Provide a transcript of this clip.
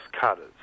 cutters